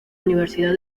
universidad